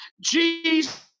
Jesus